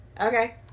okay